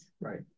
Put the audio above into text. Right